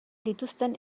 dituzten